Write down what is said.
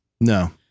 No